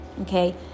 okay